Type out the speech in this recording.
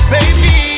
Baby